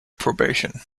probation